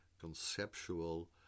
conceptual